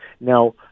Now